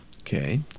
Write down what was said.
Okay